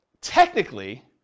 technically